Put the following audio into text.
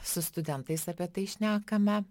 su studentais apie tai šnekame